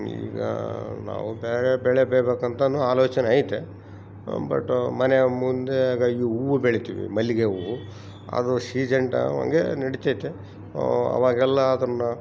ಈಗ ನಾವು ಬೇರೆ ಬೆಳೆ ಬೇಳಿಬೇಕಂತ ಆಲೋಚನೆ ಐತೆ ಬಟ್ ಮನೆ ಮುಂದೆಗ ಇವು ಹೂವು ಬೆಳಿತೀವಿ ಮಲ್ಲಿಗೆ ಹೂವು ಅದು ಸೀಜನ್ ಟೈಮಂಗೆ ನಡಿತೇತೆ ಅವಾಗೆಲ್ಲ ಅದನ್ನು